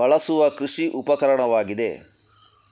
ಬಳಸುವ ಕೃಷಿ ಉಪಕರಣವಾಗಿದೆ